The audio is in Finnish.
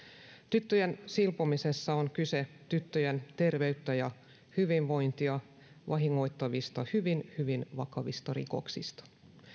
tyttöjen silpomisessa on kyse tyttöjen terveyttä ja hyvinvointia vahingoittavista hyvin hyvin vakavista rikoksista